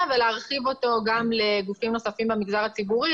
ולהרחיב אותו גם לגופים נוספים במגזר הציבורי,